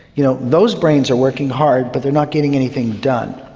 you know those brains are working hard but they're not getting anything done.